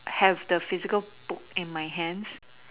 have the physical book in my hands